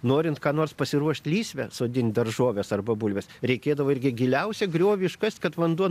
norint ką nors pasiruošt lysvę sodint daržoves arba bulves reikėdavo irgi giliausią griovį iškast kad vanduo